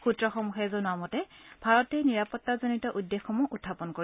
সূত্ৰসমূহে জনোৱা মতে ভাৰতে নিৰাপত্তাজনিত উদ্বেগসমূহ উখাপন কৰিব